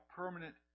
permanent